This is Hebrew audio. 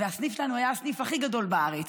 והסניף שלנו היה הסניף הכי גדול בארץ.